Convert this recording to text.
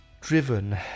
driven